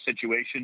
situation